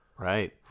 Right